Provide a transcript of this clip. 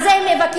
על זה הם נאבקים.